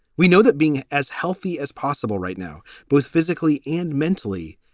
we know that being as healthy as possible right now, both physically and mentally,